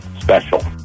special